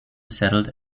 settled